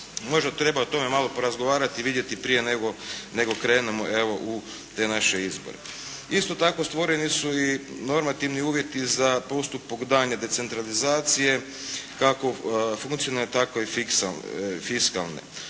Možda treba o tome malo porazgovarati i vidjeti prije nego krenemo evo u te naše izbore. Isto tako, stvoreni su i normativni uvjeti za postupak daljnje decentralizacije, kako funkcionalne tako i fiskalne.